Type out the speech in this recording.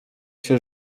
się